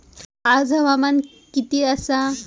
आज हवामान किती आसा?